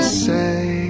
say